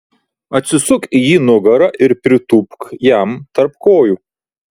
atsisuk į jį nugara ir pritūpk jam tarp kojų